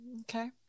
Okay